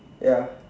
ya